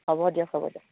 হ'ব দিয়ক হ'ব দিয়ক